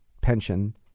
pension